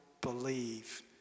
believe